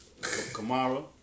Kamara